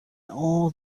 all